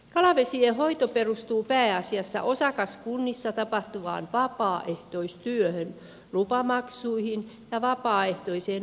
kalavesien hoito perustuu pääasiassa osakaskunnissa tapahtuvaan vapaaehtoistyöhön lupamaksuihin ja vapaaehtoiseen varainkeruuseen